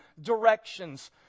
directions